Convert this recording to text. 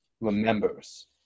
remembers